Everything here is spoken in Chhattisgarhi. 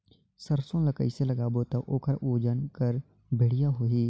सरसो ला कइसे लगाबो ता ओकर ओजन हर बेडिया होही?